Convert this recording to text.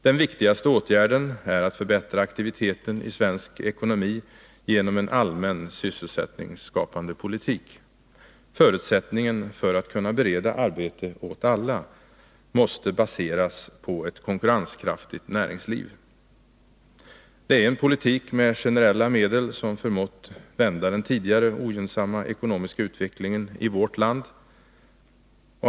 Den viktigaste åtgärden är att förbättra aktiviteten i svensk ekonomi genom en allmän sysselsättningsskapande politik. Förutsättningen för att kunna bereda arbete åt alla måste baseras på ett konkurrenskraftigt näringsliv. Det är en politik med generella medel som förmått vända den tidigare ogynnsamma ekonomiska utvecklingen i vårt land.